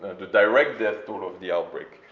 the direct death toll of the outbreak,